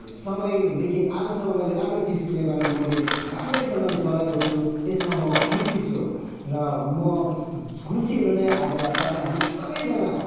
समयदेखि आजसम्म मैले राम्रो चिज किनेको कारण मैले राम्रैसँगले चलाइरहेछु यसमा म खुसी छु र म खुसी हुनु नै आज तपाईँ हामी सबैजना